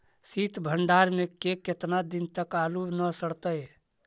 सित भंडार में के केतना दिन तक आलू न सड़तै?